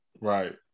Right